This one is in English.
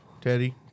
Teddy